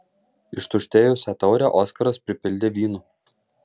ištuštėjusią taurę oskaras pripildė vynu